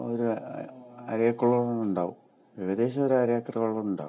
ഒരു അര ഏക്കറോളം ഉണ്ടാകും ഏകദേശം ഒരു അര ഏക്കറോളം ഉണ്ടാകും